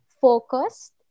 focused